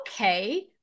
okay